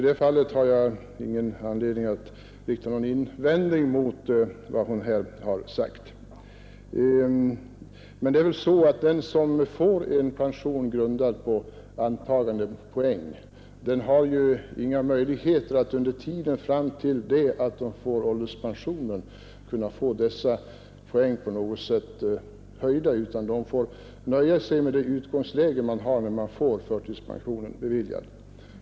I det fallet har jag alltså ingen anledning att rikta någon invändning mot vad hon har sagt. Den som får en pension grundad på antagandepoäng har inga möjligheter att under tiden fram till det att han erhåller ålderspensionen få dessa poäng höjda utan han måste nöja sig med det utgångsläge han har när förtidspensionen beviljas.